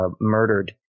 murdered